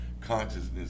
consciousness